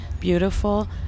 beautiful